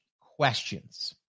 questions